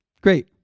Great